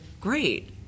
great